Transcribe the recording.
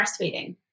breastfeeding